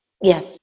yes